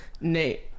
Nate